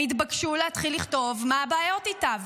הם התבקשו להתחיל לכתוב מה הבעיות איתה.